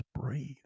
breathe